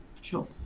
sure